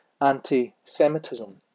anti-Semitism